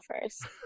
first